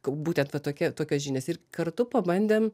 būtent va tokia tokios žinios ir kartu pabandėm